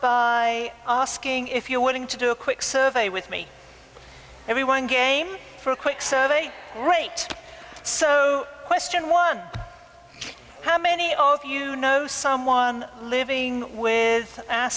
i asking if you're willing to do a quick survey with me everyone game for a quick survey rate so question one how many of you know someone living with a